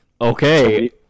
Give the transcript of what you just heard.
okay